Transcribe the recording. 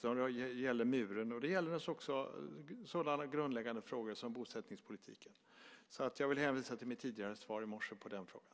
Det gäller muren, och det gäller naturligtvis också sådana grundläggande frågor som bosättningspolitiken. Jag vill hänvisa till mitt tidigare svar i morse på den frågan.